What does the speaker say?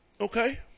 Okay